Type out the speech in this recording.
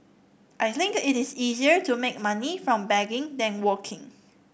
I think it is easier to make money from begging than working